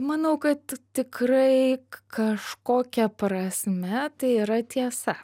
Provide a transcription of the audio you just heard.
manau kad tikrai kažkokia prasme tai yra tiesa